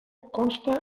consta